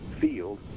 field